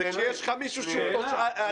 אבל כשיש לך מישהו שהוא לא